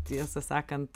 tiesą sakant